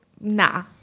nah